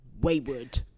wayward